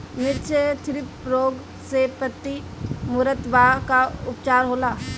मिर्च मे थ्रिप्स रोग से पत्ती मूरत बा का उपचार होला?